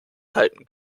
halten